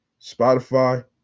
Spotify